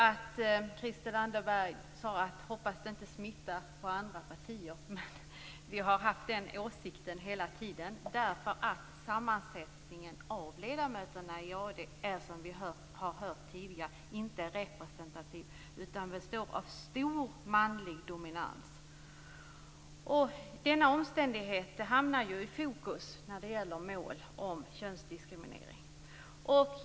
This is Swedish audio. Christel Anderberg hoppades att det inte skulle smitta på andra partier, men vi har haft den här åsikten hela tiden. Sammansättningen av ledamöterna i AD är, som vi har hört tidigare, inte representativ utan består av en stor manlig dominans. Denna omständighet hamnar ju i fokus när det gäller mål om könsdiskriminering.